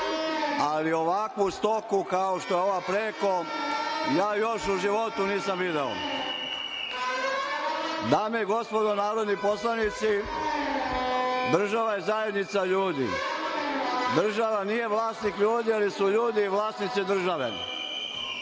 ali ovakvu stoku kao što je ova preko ja još u životu nisam video. Dame i gospodo narodni poslanici, država je zajednica ljudi. Država nije vlasnik ljudi, ali su ljudi vlasnici države.